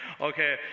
Okay